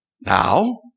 Now